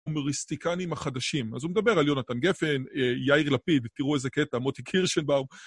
הומוריסטיקנים החדשים. אז הוא מדבר על יונתן גפן, יאיר לפיד, תראו איזה קטע, מוטי קירשנבאום.